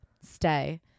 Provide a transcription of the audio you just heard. stay